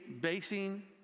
Basing